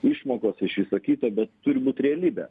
išmokos iš viso kito bet turi būt realybė